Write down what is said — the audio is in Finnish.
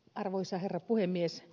arvoisa herra puhemies